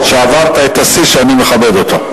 שעברת את השיא שאני מכבד אותו.